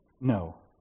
No